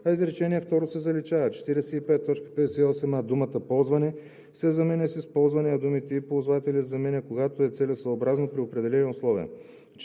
а изречение второ се заличава. 45. В т. 58а думата „ползване“ се заменя с „използване“, а думите „и ползватели“ се заменят с „когато е целесъобразно, при определени условия“.